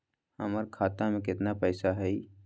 हमर खाता में केतना पैसा हई?